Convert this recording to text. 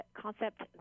concept